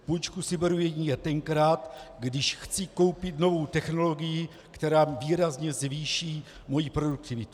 Půjčku si beru jedině tenkrát, když chci koupit novou technologii, která výrazně zvýší moji produktivitu.